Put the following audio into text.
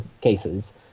cases